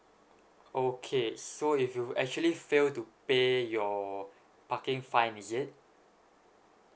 okay so if you actually fail to pay your parking fine is it